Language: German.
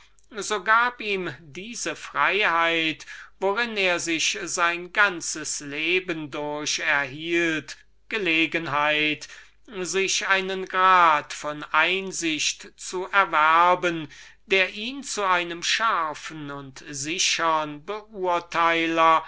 so gab ihm diese freiheit worin er sich sein ganzes leben durch erhielt gelegenheit sich einen grad von einsicht zu erwerben der ihn zu einem scharfen und sichern beurteiler